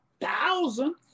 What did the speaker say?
thousands